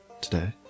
today